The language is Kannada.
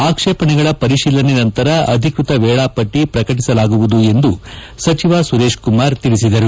ಆಕ್ಷೇಪಣೆಗಳ ಪರಿಶೀಲನೆ ನಂತರ ಅಧಿಕೃತ ವೇಳಾಪಟ್ಟಿ ಪ್ರಕಟಿಸಲಾಗುವುದು ಎಂದು ಸಚಿವ ಸುರೇಶಕುಮಾರ್ ಹೇಳಿದರು